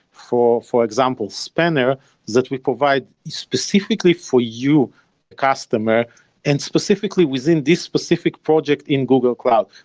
for for example, spanner that we provide specifically for you customer and specifically within this specific project in google cloud.